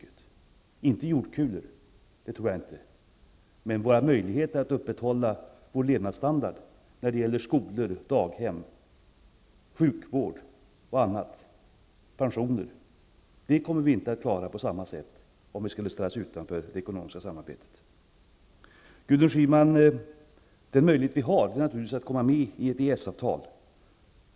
Det kommer inte att innebära att vi tvingas bo i jordkulor -- det tror jag inte -- men vi kommer inte att ha samma möjligheter att upprätthålla vår levnadsstandard när det gäller skolor, daghem, sjukvård, pensioner och annat om vi ställer oss utanför det ekonomiska samarbetet. Den möjlighet vi har, Gudrun Schyman, är naturligtvis att komma med i ett EES-avtal.